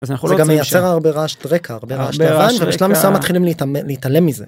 ‫זה גם מיישר הרבה רעש רקע, ‫הרבה רעש רקע ובשלב מסוים ‫מתחילים להתעלם מזה.